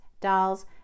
dolls